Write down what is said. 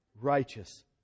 Righteous